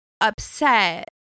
upset